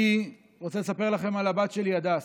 אני רוצה לספר לכם על הבת שלי הדס.